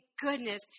goodness